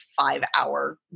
five-hour